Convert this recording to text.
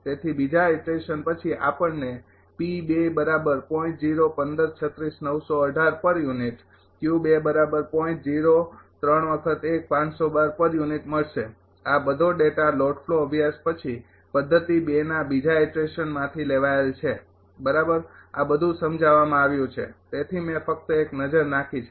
તેથી બીજા ઈટરેશન પછી આપણને મળશે આ બધો ડેટા લોડ ફ્લો અભ્યાસ પછી પદ્ધતિ ના બીજા ઈટરેશન માથી લેવાયેલા છે બરાબર આ બધું સમજાવવામાં આવ્યું છે તેથી મેં ફક્ત એક નજર નાખી છે